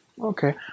Okay